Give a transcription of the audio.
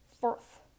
Fourth